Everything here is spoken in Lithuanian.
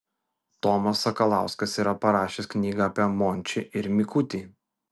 tomas sakalauskas yra parašęs knygą apie mončį ir mikutį